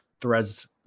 threads